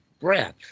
breath